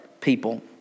people